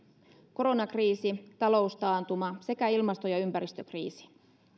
koronakriisi taloustaantuma sekä ilmasto ja ympäristökriisi